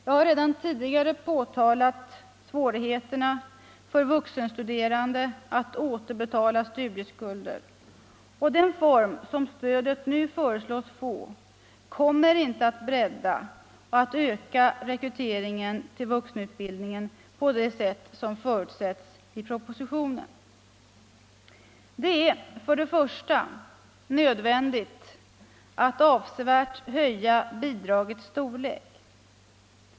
Jag har redan tidigare påtalat svårigheterna för vuxenstuderande att Tisdagen den återbetala studieskulder, och den form som stödet nu föreslås få kommer 20 maj 1975 inte att bredda och öka rekryteringen till vuxenutbildningen på det sätt som förutsätts i propositionen. Vuxenutbildningen, För det första är det nödvändigt att avsevärt höja bidragets storlek. — m.m.